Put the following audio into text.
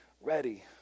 ready